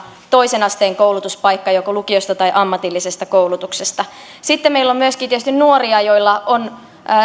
toisen asteen koulutuspaikka joko lukiosta tai ammatillisesta koulutuksesta sitten meillä on myöskin tietysti nuoria joilla on